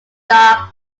dark